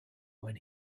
when